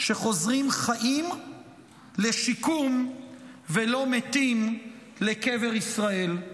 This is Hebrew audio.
שחוזרים חיים לשיקום ולא מתים לקבר ישראל.